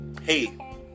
Hey